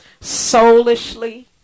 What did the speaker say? soulishly